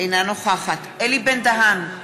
אינה נוכחת אלי בן-דהן,